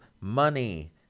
money